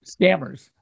scammers